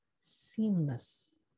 seamless